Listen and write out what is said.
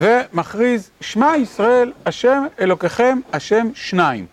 ומכריז שמע ישראל, השם אלוקיכם, השם שניים.